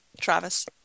Travis